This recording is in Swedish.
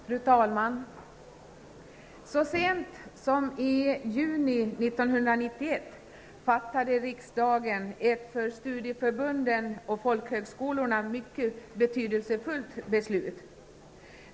Fru talman! Så sent som i juni 1991 fattade riksdagen ett för studieförbunden och folkhögskolorna mycket betydelsefullt beslut.